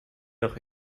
doch